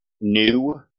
new